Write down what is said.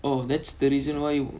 oh that's the reason why you